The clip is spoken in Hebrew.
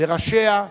לראשיה,